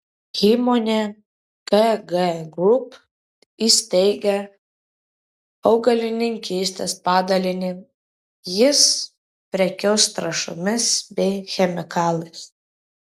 įmonė kg group įsteigė augalininkystės padalinį jis prekiaus trąšomis bei chemikalais